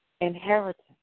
inheritance